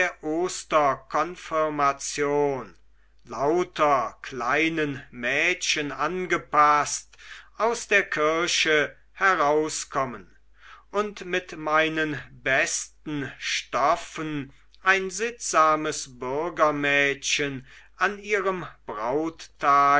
osterkonfirmation lauter kleinen mädchen angepaßt aus der kirche herauskommen und mit meinen besten stoffen ein sittsames bürgermädchen an ihrem brauttage